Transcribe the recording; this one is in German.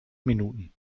minuten